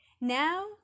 Now